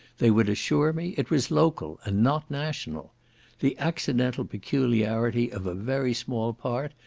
they would assure me it was local, and not national the accidental peculiarity of a very small part,